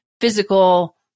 physical